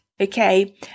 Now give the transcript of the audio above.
Okay